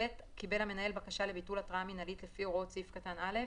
(ב) קיבל המנהל בקשה לביטול התראה מינהלית לפי הוראות סעיף קטן (א),